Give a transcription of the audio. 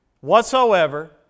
whatsoever